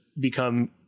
become